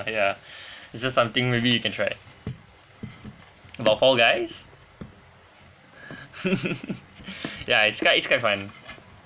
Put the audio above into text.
ya it's just something maybe you can try about fall guys yeah it's quite it's fun